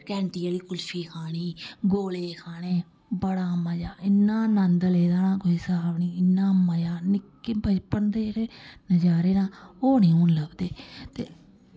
घैंटी आह्ली कुल्फी खानी गोले खाने बड़ा मजा इन्ना नंद लेदा ना कोई स्हाब निं इन्ना मजा निक्के बचपन दे जेह्ड़े नजारे ना ओह् निं हून लभदे